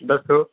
ਦੱਸੋ